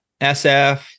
SF